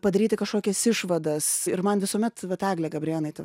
padaryti kažkokias išvadas ir man visuomet vat eglė gabrėnaitė